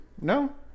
No